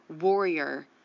warrior